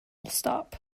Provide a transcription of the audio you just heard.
stop